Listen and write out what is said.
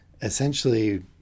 Essentially